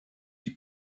die